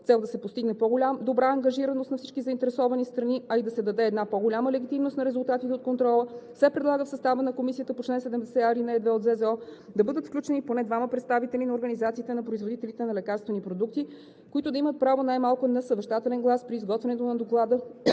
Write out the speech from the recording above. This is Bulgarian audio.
цел да се постигне по-добра ангажираност на всички заинтересовани страни, а и да се даде една по-голяма легитимност на резултатите от контрола, се предлага в състава на комисията по чл. 70а, ал. 2 от Закона за здравното осигуряване да бъдат включени и поне двама представители на организациите на производители на лекарствени продукти, които да имат право най-малко на съвещателен глас при изготвянето на доклада,